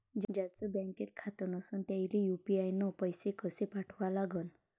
ज्याचं बँकेत खातं नसणं त्याईले यू.पी.आय न पैसे कसे पाठवा लागन?